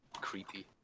creepy